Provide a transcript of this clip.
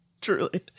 Truly